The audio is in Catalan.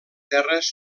terres